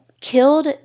killed